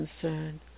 concern